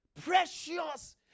precious